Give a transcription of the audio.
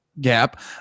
gap